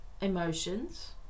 emotions